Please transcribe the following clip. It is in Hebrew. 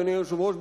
אדוני היושב-ראש,